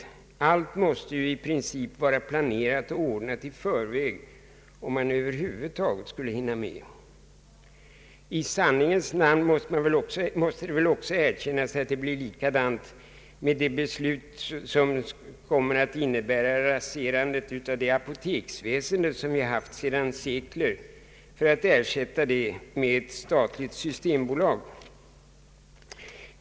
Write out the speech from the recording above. Allt måste ju i princip vara planerat och ordnat i förväg för att man över huvud taget skulle hinna genomföra reformen till årsskiftet. I sanningens namn måste väl också erkännas att det blir på samma sätt med det beslut som kommer att innebära raserandet av det apoteksväsende som vi har haft sedan sekler och dess ersättande med ett statligt systembolag.